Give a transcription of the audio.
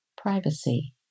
privacy